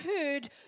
heard